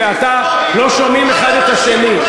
ואתם לא שומעים האחד את השני,